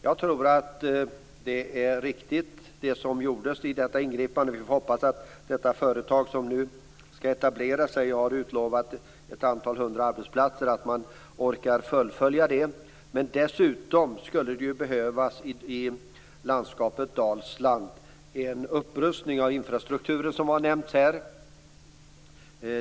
Jag tror att det som gjordes vid ingripandet är riktigt. Vi får hoppas att det företag som nu skall etablera sig och har utlovat ett antal hundra arbetsplatser orkar fullfölja det arbetet. Dessutom skulle det i landskapet Dalsland behövas en upprustning av infrastrukturen, som har nämnts här.